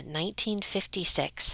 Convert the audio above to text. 1956